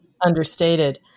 understated